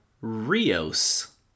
Rios